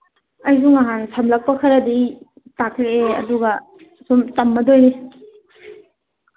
ꯑꯩꯁꯨ ꯅꯍꯥꯟ ꯁꯝꯂꯞꯄ ꯈꯔꯗꯤ ꯇꯥꯛꯂꯛꯑꯦ ꯑꯗꯨꯒ ꯁꯨꯝ ꯇꯝꯃꯗꯣꯏꯅꯤ